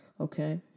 Okay